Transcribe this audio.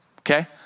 Okay